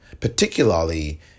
particularly